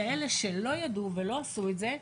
כאלה שלא ידעו ולא עשו את זה,